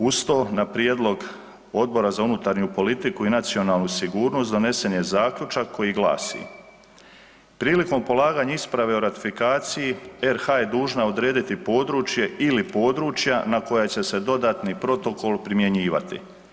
Uz to, na prijedlog Odbora za unutarnju politiku i nacionalnu sigurnost, donesen je zaključak koji glasi: Prilikom polaganja isprave o ratifikaciji, RH je dužna odrediti područje ili područja na koje će se dodatni protokol primjenjivati.